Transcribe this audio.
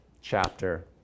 chapter